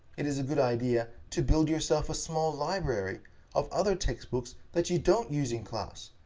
it is a good idea to build yourself a small library of other textbooks that you don't use in class,